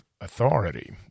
authority